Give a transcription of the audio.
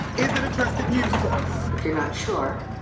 is it a trusted news source? if you're not sure,